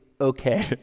okay